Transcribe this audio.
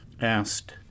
asked